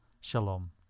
shalom